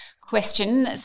question